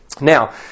Now